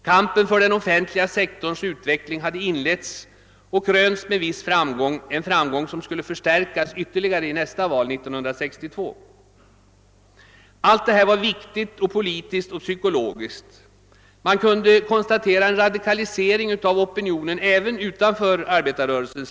Kampen för den offentliga sektorns utveckling hade inletts och krönts med en viss framgång, en framgång som skulle förstärkas ytterligare i valet 1962. Allt detta var viktigt, politiskt och psykologiskt. Man kunde konstatera en radikalisering av opinionen även utanför arbetarrörelsen.